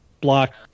block